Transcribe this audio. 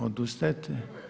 Odustajete.